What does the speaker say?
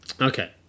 Okay